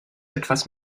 etwas